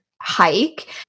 hike